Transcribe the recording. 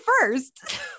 first